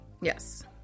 yes